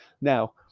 Now